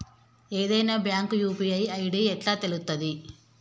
ఏదైనా bank UPI ID ఎట్లా తెలుత్తది?